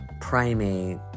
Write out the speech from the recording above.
primate